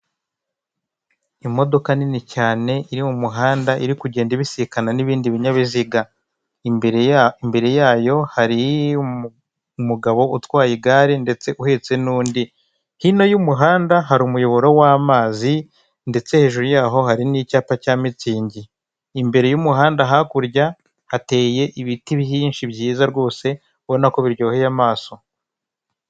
Imodoka nini cyane iri mu muhanda iri kugenda ibisikana n'ibindi binyabiziga, imbere yayo hari umugabo utwaye igare ndetse uhetse n'undi, hino y'umuhanda hari umuyoboro w'amazi ndetse hejuru yaho hari n'icyapa cya mitsingi, imbere y'umuhanda hakurya hateye ibiti byinshi byiza rwose ubona ko biryoheye amaso.